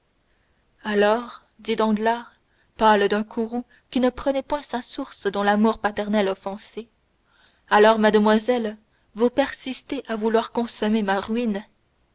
alors dit danglars pâle d'un courroux qui ne prenait point sa source dans l'amour paternel offensé alors mademoiselle vous persistez à vouloir consommer ma ruine